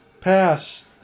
Pass